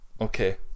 okay